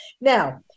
Now